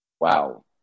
wow